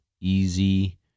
easy